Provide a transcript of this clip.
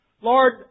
Lord